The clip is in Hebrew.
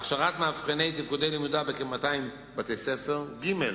הכשרת מאבחני תפקודי למידה בכ-200 בתי-ספר, ג.